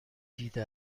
دیده